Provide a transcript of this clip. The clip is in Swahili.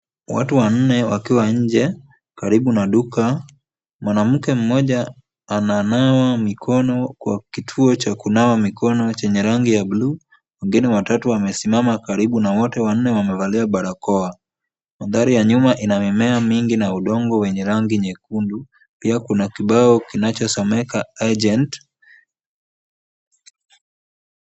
Watu wanne wakiwa nje karibu na duka, mwanamke mmoja ananawa mikono kwa kituo cha kunawa mikono chenye rangi ya bluu wengine watatu wamesimama karibu na wote wanne wamevalia barakoa. Mandhari ya nyuma ina mimea mingi na udongo wenye rangi nyekundu. Pia kuna kibao kinachosomeka agent .